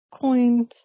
coins